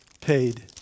paid